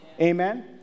Amen